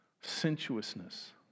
sensuousness